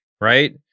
Right